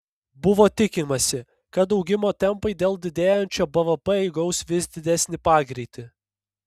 buvo tikimasi kad augimo tempai dėl didėjančio bvp įgaus vis didesnį pagreitį